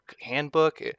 handbook